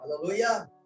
Hallelujah